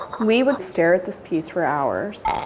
we would stare at this piece for hours.